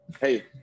Hey